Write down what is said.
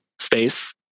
space